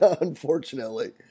unfortunately